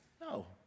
No